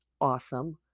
awesome